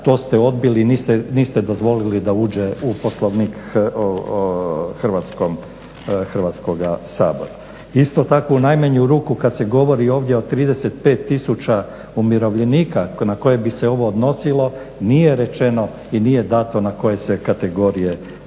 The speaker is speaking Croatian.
to ste odbili i niste dozvolili da uđe u Poslovnik Hrvatskog sabora. Isto tako u najmanju ruku kad se govori ovdje o 35 tisuća umirovljenika na koje bi se ovo odnosilo nije rečeno i nije dato na koje se kategorije to odnosi.